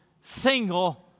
single